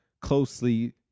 closely